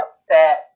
upset